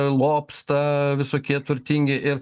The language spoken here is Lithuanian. lobsta visokie turtingi ir